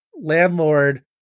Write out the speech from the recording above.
landlord